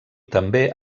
també